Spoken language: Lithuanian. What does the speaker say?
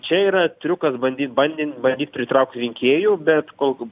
čia yra triukas bandyt bandyn bandyt pritraukti rinkėjų bet kol